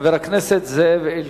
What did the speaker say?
חבר הכנסת זאב אלקין.